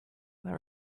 there